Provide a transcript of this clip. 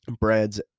breads